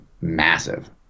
massive